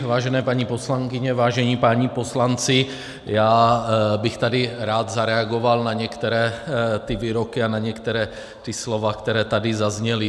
Vážené paní poslankyně, vážení páni poslanci, já bych tady rád zareagoval na některé ty výroky a na některá ta slova, která tady zazněla.